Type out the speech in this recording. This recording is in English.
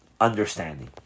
understanding